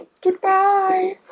Goodbye